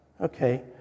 Okay